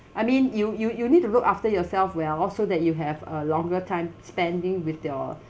I mean you you you need to look after yourself well so that you have a longer time spending with your